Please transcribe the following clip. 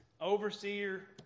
overseer